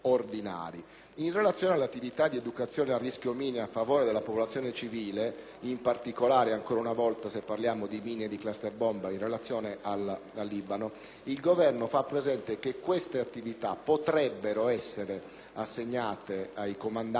relativo all'attività di educazione al rischio mine a favore della popolazione civile - in particolare, e ancora una volta, se parliamo di mine e di *clusters bomb* in relazione al Libano - il Governo fa presente che queste attività potrebbero essere assegnate ai comandanti locali